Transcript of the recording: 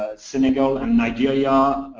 senegal and nigeria,